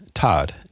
Todd